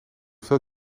veel